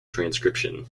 transcription